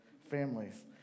families